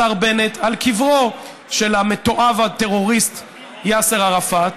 השר בנט, על קברו של המתועב הטרוריסט יאסר ערפאת.